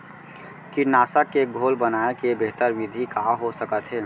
कीटनाशक के घोल बनाए के बेहतर विधि का हो सकत हे?